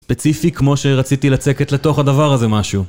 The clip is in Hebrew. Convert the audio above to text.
ספציפי כמו שרציתי לצקת לתוך הדבר הזה משהו